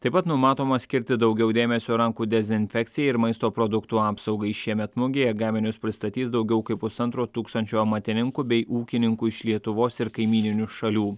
taip pat numatoma skirti daugiau dėmesio rankų dezinfekcijai ir maisto produktų apsaugai šiemet mugėje gaminius pristatys daugiau kaip pusantro tūkstančio amatininkų bei ūkininkų iš lietuvos ir kaimyninių šalių